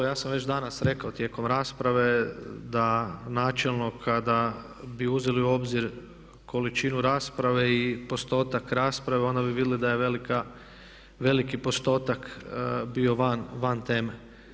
Ja sam već danas rekao tijekom rasprave da načelno kada bi uzeli u obzir količinu rasprave i postotak rasprave onda bi vidjeli da je veliki postotak bio van teme.